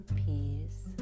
peace